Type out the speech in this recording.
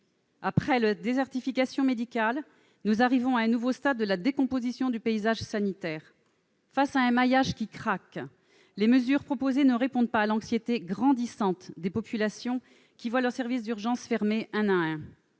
Après la désertification médicale, nous arrivons à un nouveau stade de la décomposition du paysage sanitaire. Face à un maillage qui craque, les mesures proposées ne répondent pas à l'anxiété grandissante des populations, qui voient leurs services d'urgence fermer un à un-